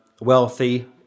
wealthy